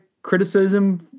criticism